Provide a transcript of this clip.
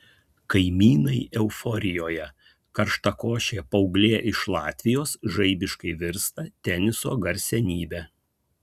kaimynai euforijoje karštakošė paauglė iš latvijos žaibiškai virsta teniso garsenybe